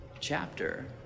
Chapter